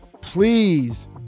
please